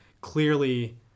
clearly